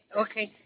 Okay